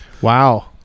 Wow